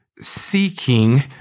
seeking